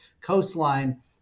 coastline